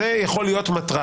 זו יכולה להיות מטרה.